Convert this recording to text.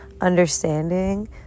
understanding